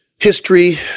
history